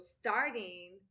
starting